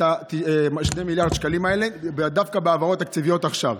2 מיליארד השקלים האלה דווקא בהעברות תקציביות עכשיו.